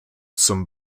zum